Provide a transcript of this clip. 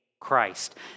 Christ